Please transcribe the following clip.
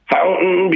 Fountain